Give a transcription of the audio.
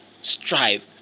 strive